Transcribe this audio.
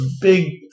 big